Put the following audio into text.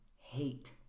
hate